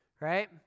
right